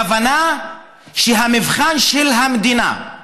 הכוונה שהמבחן של המדינה,